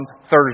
Thursday